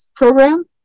program